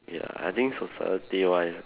ya I think society wise